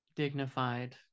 dignified